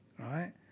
right